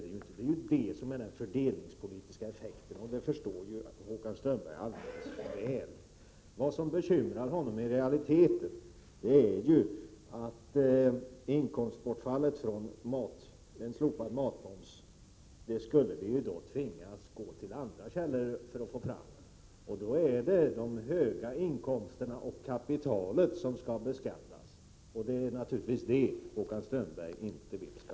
Det är ju det som är den fördelningspolitiska effekten, och det förstår Håkan Strömberg mycket väl. Vad som bekymrar honom är ju att vi skulle tvingas gå till andra källor för att få igen det inkomstbortfall som slopande av matmoms innebär. Då är det de höga inkomsterna och kapitalet som man skall beskatta, och det är naturligtvis det Håkan Strömberg inte vill.